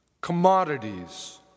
commodities